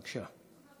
בבקשה.